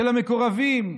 של המקורבים,